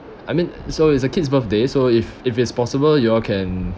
I mean so it's a kid's birthday so if if it's possible you all can